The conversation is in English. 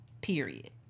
period